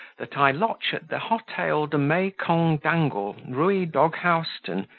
that i lotch at the hottail de may cong dangle rouy doghouseten,